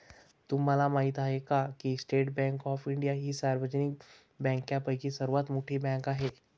तुम्हाला माहिती आहे का की स्टेट बँक ऑफ इंडिया ही सार्वजनिक बँकांपैकी सर्वात मोठी बँक आहे